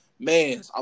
Man